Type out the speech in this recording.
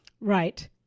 Right